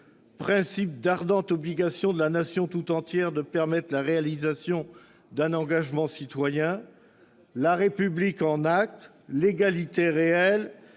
principe d'ardente obligation de la Nation tout entière de permettre la réalisation d'un engagement citoyen »,« République en actes »,« égalité réelle